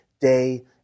day